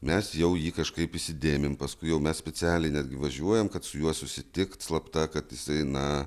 mes jau jį kažkaip įsidėmim paskui jau mes specialiai netgi važiuojam kad su juo susitikt slapta kad jisai na